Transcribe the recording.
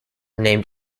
named